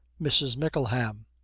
mrs. mickleham.